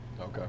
Okay